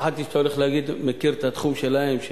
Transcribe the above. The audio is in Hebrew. פחדתי שאתה הולך להגיד שאני מכיר את התחום שלהם,